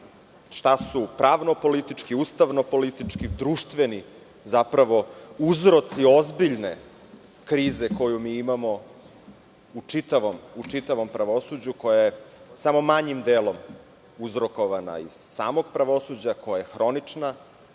šta su pravno-politički, ustavno-politički, društveni, zapravo uzroci ozbiljne krize koju mi imamo u čitavom pravosuđu koja je samo manjim delom uzrokovana iz samog pravosuđa, koja je hronična,